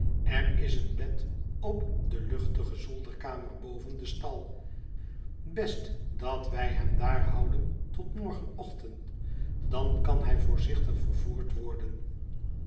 er is een bed op de luchtige zolderkamer boven den stal best dat wij hem daar houden tot morgenochtend dan kan hij voorzichtig vervoerd worden